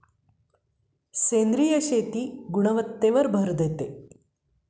सेंद्रिय शेती गुणवत्तेवर भर देते